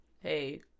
Hey